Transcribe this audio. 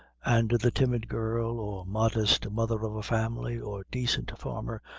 and the timid girl, or modest mother of a family, or decent farmer,